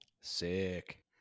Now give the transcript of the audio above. Sick